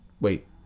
Wait